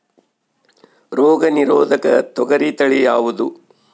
ರೋಗ ನಿರೋಧಕ ತೊಗರಿ ತಳಿ ಯಾವುದು?